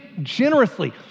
generously